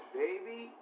baby